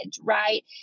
right